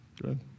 Good